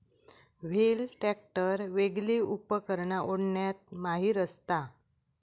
wheel tractor वेगली उपकरणा ओढण्यात माहिर असता